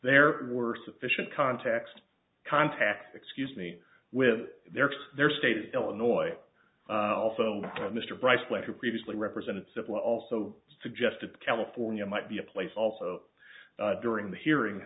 there were sufficient context contacts excuse me with their their stated illinois also mr bryce pleasure previously represented civil also suggested california might be a place also during the hearing